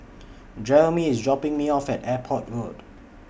Jeremy IS dropping Me off At Airport Road